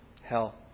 Hell